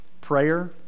Prayer